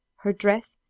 her dress,